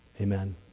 Amen